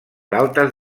altes